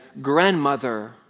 Grandmother